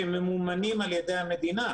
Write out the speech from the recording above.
שממומנים על ידי המדינה.